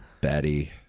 Betty